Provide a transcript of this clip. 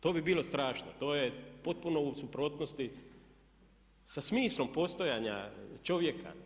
To bi bilo strašno, to je potpuno u suprotnosti sa smislom postojanja čovjeka.